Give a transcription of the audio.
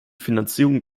finanzierung